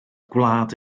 gwlad